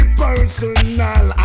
personal